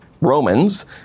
Romans